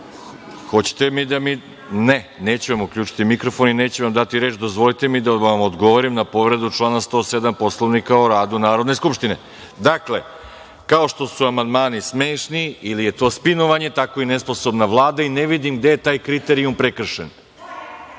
neću vam uključiti mikrofon i neću vam dati reč. Dozvolite mi da vam odgovorim na povredu člana 107. Poslovnika o radu Narodne skupštine. Dakle, kao što su amandmani smešni ili je to spinovanje, tako je i nesposobna Vlada i ne vidim gde je taj kriterijum prekršen.(Branka